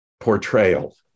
portrayal